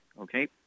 okay